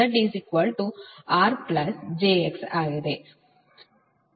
ಇದು R j XL -XC ಆಗಿರುತ್ತದೆ